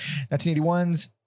1981's